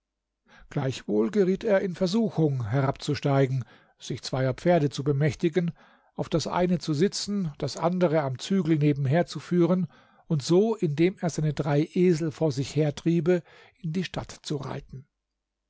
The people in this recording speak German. gleichwohl geriet er in versuchung herabzusteigen sich zweier pferde zu bemächtigen auf das eine zu sitzen das andere am zügel nebenher zu führen und so indem er seine drei esel vor sich hertriebe in die stadt zu reiten